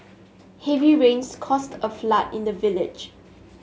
heavy rains caused a flood in the village